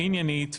היא עניינית,